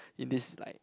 in this like